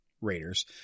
Raiders